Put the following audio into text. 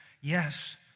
yes